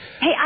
Hey